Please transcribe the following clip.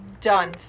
Done